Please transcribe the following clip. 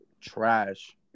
Trash